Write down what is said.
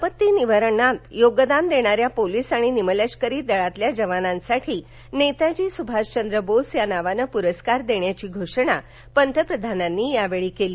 आपत्ती निवारणात योगदान देणाऱ्या पोलीस आणि निमलष्करी दलातील जवानांसाठी नेताजी सुभाष चंद्र बोस या नावाने पुरस्कार देण्याची घोषणा पंतप्रधानांनी यावेळी केली